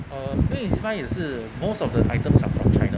uh 应为 E_Z buy 也是 most of the items are from china